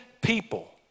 people